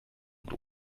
und